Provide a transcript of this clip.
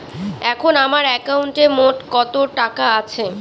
এখন আমার একাউন্টে মোট কত টাকা আছে?